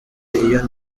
iyo